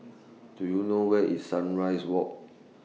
Do YOU know Where IS Sunrise Walk